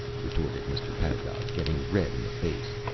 retorted mr. pedagog, getting red in the face.